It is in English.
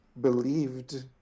believed